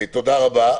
תודה רבה.